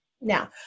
Now